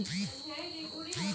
ಯಾವ ತಿಂಗಳಿಗೆ ಸಾಲ ಕಟ್ಟಲು ಬರುತ್ತದೆ?